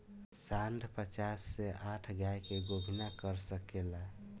सांड पचास से साठ गाय के गोभिना कर सके ला